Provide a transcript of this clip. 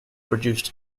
produced